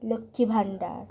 Lakshmi Bhandar